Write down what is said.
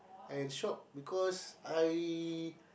I shock because I